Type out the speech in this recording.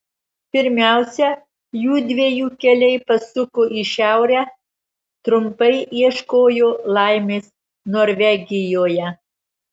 pirmiausia jųdviejų keliai pasuko į šiaurę trumpai ieškojo laimės norvegijoje